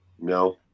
no